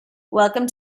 welcome